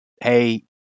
Hey